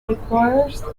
requires